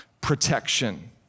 protection